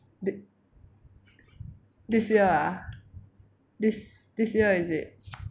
th~ this year ah this this year is it